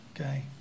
okay